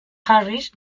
harris